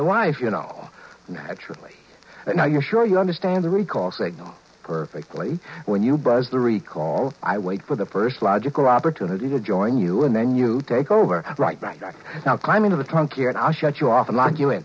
wife you know actually now you're sure you understand the recall signal perfectly when you buzz the recall i wait for the first logical opportunity to join you and then you take over right by now climb into the trunk you and i'll shut you off and like you it